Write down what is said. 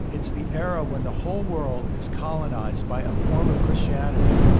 it's the era when the whole world is colonized by a form of christianity.